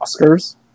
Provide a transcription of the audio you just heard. Oscars